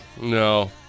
No